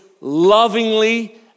lovingly